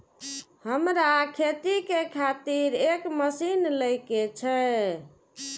हमरा खेती के खातिर एक मशीन ले के छे?